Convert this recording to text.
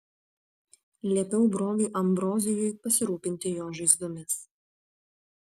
liepiau broliui ambrozijui pasirūpinti jo žaizdomis